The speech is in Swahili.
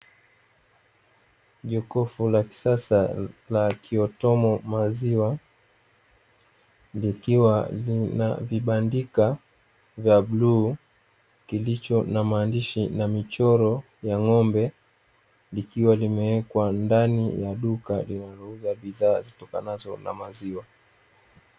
Jokofu la kisasa la kiautomo maziwa likiwa na vibandika vya buluu, kilicho na maandishi na michoro ya ng'ombe likiwa limewekwa ndani ya duka linalouza bidhaa zitokanazo na maziwa.